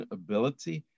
ability